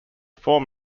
form